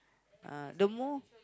uh the more